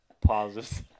Pauses